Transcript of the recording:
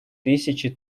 тысячи